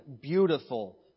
beautiful